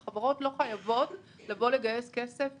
חברות לא חייבות לבוא ולגייס כסף בישראל.